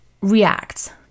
react